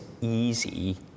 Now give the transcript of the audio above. easy